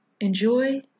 Enjoy